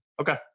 Okay